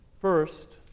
First